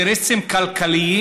אינטרסים כלכליים,